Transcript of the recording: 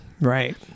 Right